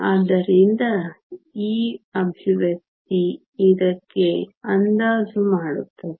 ಆದ್ದರಿಂದ ಈ ಎಕ್ಸ್ಪ್ರೆಶನ್ ಇದಕ್ಕೆ ಅಂದಾಜು ಮಾಡುತ್ತದೆ